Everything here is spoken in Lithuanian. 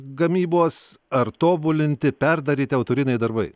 gamybos ar tobulinti perdaryti autoriniai darbai